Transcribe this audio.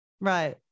Right